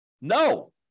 No